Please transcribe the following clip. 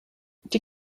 die